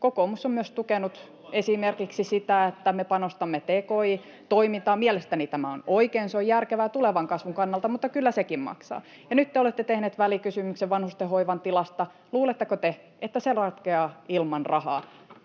Kokoomus on myös tukenut esimerkiksi sitä, että me panostamme tki-toimintaan. Mielestäni tämä on oikein, se on järkevää tulevan kasvun kannalta, mutta kyllä sekin maksaa. Ja nyt te olette tehneet välikysymyksen vanhustenhoivan tilasta. Luuletteko te, että se ratkeaa ilman rahaa?